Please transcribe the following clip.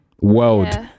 world